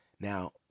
Now